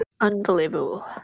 unbelievable